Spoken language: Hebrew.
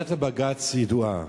עמדת הבג"ץ ידועה.